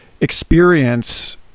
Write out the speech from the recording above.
experience